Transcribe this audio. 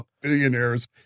billionaires